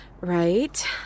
Right